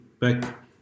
back